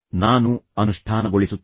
ನಾನು ಅನುಷ್ಠಾನಗೊಳಿಸುತ್ತೇನೆ